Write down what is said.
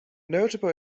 notable